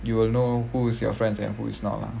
you will know who's your friends and who is not lah